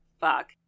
fuck